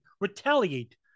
retaliate